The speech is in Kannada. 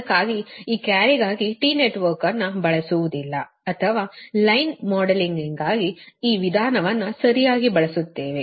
ಅದಕ್ಕಾಗಿಯೇ ಈ ಕ್ಯಾರಿಗಾಗಿ T ನೆಟ್ವರ್ಕ್ ಅನ್ನು ಬಳಸುವುದಿಲ್ಲ ಅಥವಾ ಲೈನ್ ಮಾಡೆಲಿಂಗ್ಗಾಗಿ ಆ ವಿಧಾನವನ್ನು ಸರಿಯಾಗಿ ಬಳಸುತ್ತೇವೆ